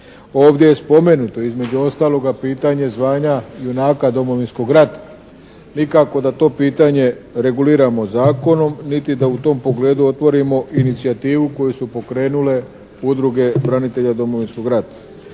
Ovdje je spomenuto između ostaloga pitanje zvanja junaka Domovinskog rata. Nikako da to pitanje reguliramo zakonom niti da u tom pogledu otvorimo inicijativu koju su pokrenule udruge branitelja Domovinskog rata.